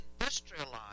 industrialized